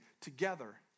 together